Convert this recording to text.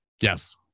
Yes